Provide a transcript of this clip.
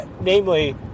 namely